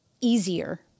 easier